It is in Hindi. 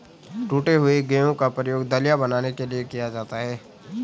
टूटे हुए गेहूं का प्रयोग दलिया बनाने के लिए किया जाता है